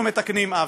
אנחנו מתקנים עוול.